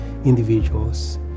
individuals